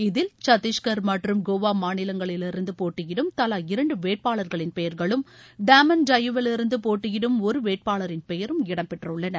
இதில் சத்திஷ்கர் மற்றும் கோவா மாநிலங்களிலிருந்து போட்டியிடும் தலா இரண்டு வேட்பாளர்களின் பெயர்களும் டாமன் டையூவிவிருந்து போட்டியிடும் ஒரு வேட்பாளரின் பெயரும் இடம்பெற்றுள்ளன